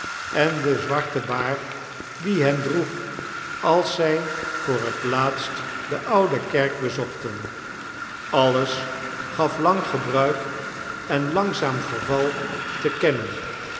en de zwarte baar die hen droeg als zij voor het laatst de oude kerk bezochten alles gaf lang gebruik en langzaam verval te kennen